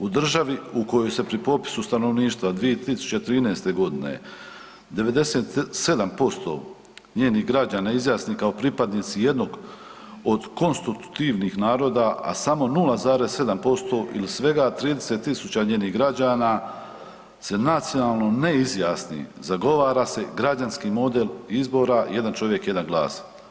U državi u kojoj se pri popisu stanovništva 2013. g. 97% njenih građana izjasni kao pripadnici jednog od konstitutivnih naroda, a samo 0,7% ili svega 30.000 njenih građana se nacionalno ne izjasni, zagovara se građanski model izbora jedan čovjek, jedan glas.